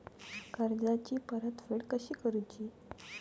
कर्जाची परतफेड कशी करुची?